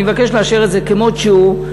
אני מבקש לאשר את זה כמו שהוא.